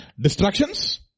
Distractions